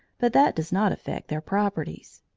but that does not affect their properties.